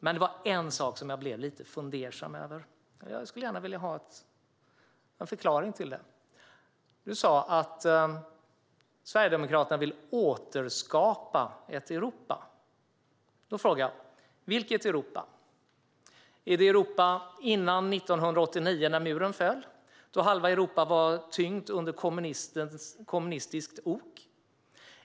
Men det var en sak som jag blev lite fundersam över och gärna skulle vilja ha en förklaring till. Josef Fransson sa att Sverigedemokraterna vill återskapa ett Europa. Vilket Europa? Är det Europa före 1989 - då muren föll - när halva Europa var tyngt under kommunistiskt ok?